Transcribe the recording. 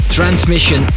Transmission